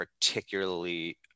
particularly